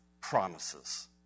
promises